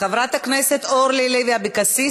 חברת הכנסת אורלי לוי אבקסיס,